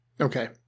Okay